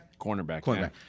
Cornerback